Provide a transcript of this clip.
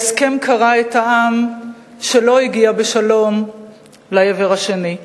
ההסכם קרע את העם שלא הגיע בשלום לעבר השני.